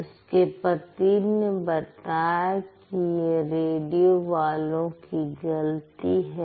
उसके पति ने बताया कि यह रेडियो वालों की गलती है